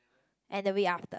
and the week after